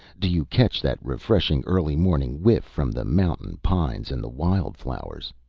do you catch that refreshing early morning whiff from the mountain-pines and the wild flowers?